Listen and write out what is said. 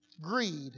greed